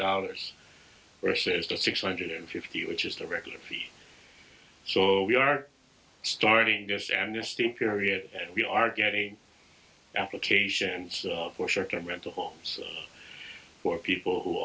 dollars versus the six hundred fifty which is the regular fee so we are starting just amnesty period and we are getting applications for short term rental homes for people who